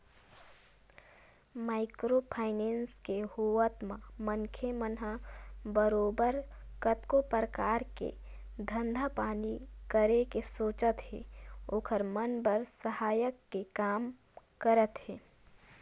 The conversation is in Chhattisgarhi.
माइक्रो फायनेंस के होवत म मनखे मन ह बरोबर कतको परकार के धंधा पानी करे के सोचत हे ओखर मन बर सहायक के काम करत हे